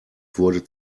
wurde